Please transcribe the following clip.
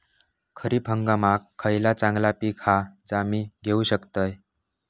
खरीप हंगामाक खयला चांगला पीक हा जा मी घेऊ शकतय?